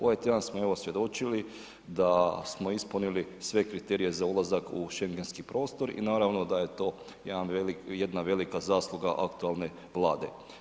Ovaj tjedan smo evo svjedočili da smo ispunili sve kriterije za ulazak u Schengenski prostor i naravno da je to jedan, jedna velika zasluga aktualne Vlade.